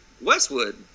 Westwood